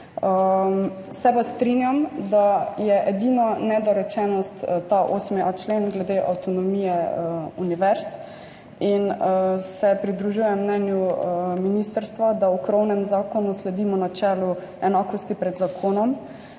Se pa strinjam, da je edina nedorečenost ta 8.a člen glede avtonomije univerz in se pridružujem mnenju ministrstva, da v krovnem zakonu sledimo načelu enakosti pred zakonom